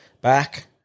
back